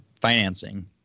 financing